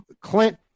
Clint